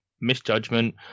misjudgment